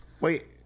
Wait